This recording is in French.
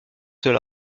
ceux